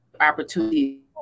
opportunity